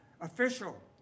official